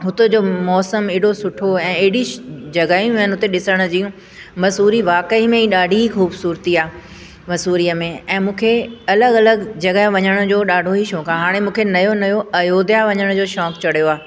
हुते जो मौसम ऐॾो सुठो ऐं ऐॾी शि जॻहियूं आहिनि उते ॾिसण जूं मसूरी वाकेई में ई ॾाढी ख़ूबसूरती आहे मसूरीअ में ऐं मूंखे अलॻि अलॻि जॻहि वञण जो ॾाढो ई शौक़ु आहे हाणे मूंखे नयो नयो अयोध्या वञण जो शौक़ु चढ़ियो आहे